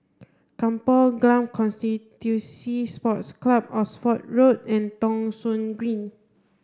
Kampong Glam Constituency Sports Club Oxford Road and Thong Soon Green